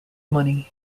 money